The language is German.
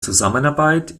zusammenarbeit